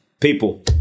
people